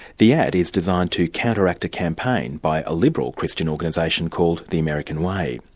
the ad is designed to counteract a campaign by a liberal christian organisation called the american way.